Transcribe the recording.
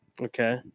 Okay